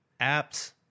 apps